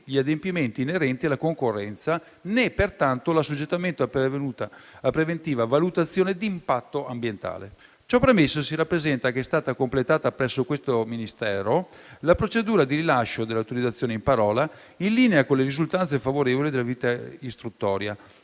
gli adempimenti inerenti alla concorrenza, né pertanto l'assoggettamento a preventiva valutazione d'impatto ambientale. Ciò premesso, si rappresenta che è stata completata presso questo Ministero la procedura di rilascio dell'autorizzazione in parola, in linea con le risultanze favorevoli dell'attività istruttoria,